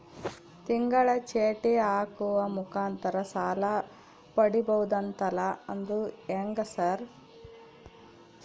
ತಿಂಗಳ ಚೇಟಿ ಹಾಕುವ ಮುಖಾಂತರ ಸಾಲ ಪಡಿಬಹುದಂತಲ ಅದು ಹೆಂಗ ಸರ್?